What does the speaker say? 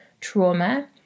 trauma